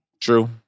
True